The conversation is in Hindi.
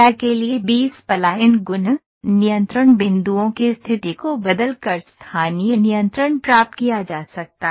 कैड़ के लिए बी स्पलाइन गुण नियंत्रण बिंदुओं की स्थिति को बदलकर स्थानीय नियंत्रण प्राप्त किया जा सकता है